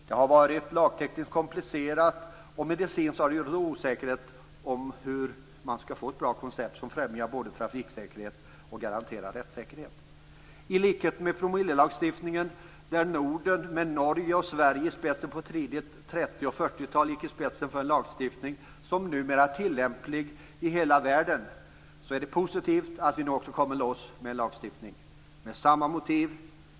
Det har varit lagtekniskt komplicerat, och medicinskt har det rått osäkerhet om hur man skall få ett bra koncept som både främjar trafiksäkerhet och garanterar rättssäkerhet. I likhet med när det gäller promillelagstiftningen, där Norden med Norge och Sverige i spetsen på tidigt 30 och 40-tal gick i spetsen för en lagstiftning som numera är tillämplig i hela världen, är det positivt att vi också kommer loss med en sådan här lagstiftning. Det skall vara samma motiv.